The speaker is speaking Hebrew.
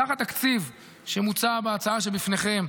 סך התקציב שמוצע בהצעה שבפניכם,